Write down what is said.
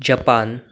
Japan